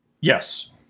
Yes